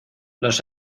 los